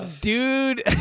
dude